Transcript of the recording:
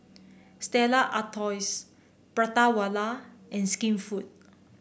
Stella Artois Prata Wala and Skinfood